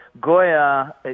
Goya